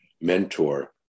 mentor